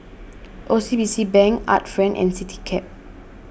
O C B C Bank Art Friend and CityCab